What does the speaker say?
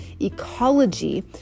ecology